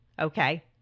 Okay